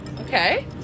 Okay